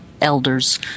elders